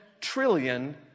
trillion